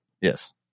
Yes